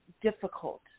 difficult